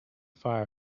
fire